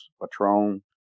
patron